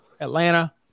Atlanta